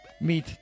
Meet